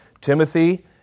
Timothy